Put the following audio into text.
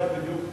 יודע בדיוק.